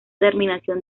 terminación